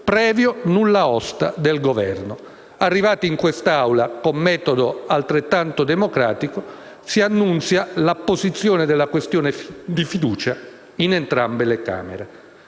previo nulla osta del Governo. Arrivati in quest'Aula, con metodo altrettanto democratico, si annunzia l'apposizione della questione di fiducia in entrambe le Camere.